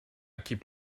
keep